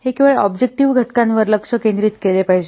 हे केवळ ऑब्जेक्टिव्ह घटकांवर लक्ष केंद्रित केले पाहिजे